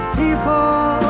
people